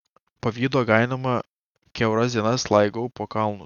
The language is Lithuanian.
pavydo gainiojama kiauras dienas laigau po kalnus